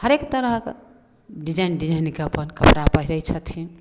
हरेक तरहक डिजाइन डिजाइनके अपन कपड़ा पहिरै छथिन